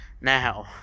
Now